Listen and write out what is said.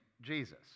Jesus